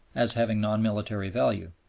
as having non-military value.